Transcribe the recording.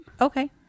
Okay